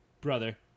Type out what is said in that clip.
brother